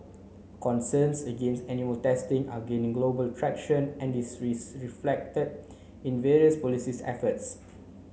concerns against animal testing are gaining global traction and this is reflected in various policies efforts